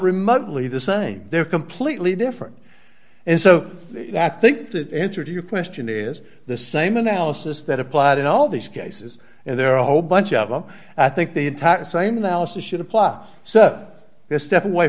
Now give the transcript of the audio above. remotely the same they're completely different and so i think that answer to your question is the same analysis that applied in all these cases and there are a whole bunch of them and i think the attack the same analysis should apply so this step away